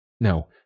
No